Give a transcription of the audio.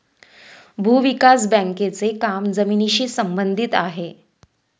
भूविकास बँकेचे काम जमिनीशी संबंधित आहे